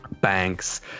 banks